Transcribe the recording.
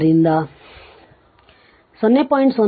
ಆದ್ದರಿಂದ 0